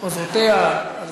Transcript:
עוזרותיה.